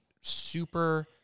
super